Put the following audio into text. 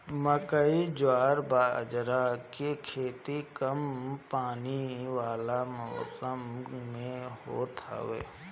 मकई, जवार बजारा के खेती कम पानी वाला मौसम में होत हवे